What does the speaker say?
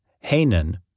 Hanan